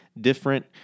different